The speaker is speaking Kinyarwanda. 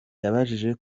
yabijeje